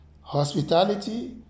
hospitality